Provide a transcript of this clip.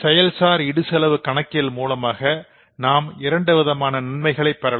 செயல்சார் இடுசெலவு கணக்கியல் மூலமாக நாம் இரண்டு விதமான நன்மைகளைப் பெறலாம்